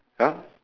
ya